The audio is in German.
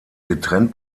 getrennt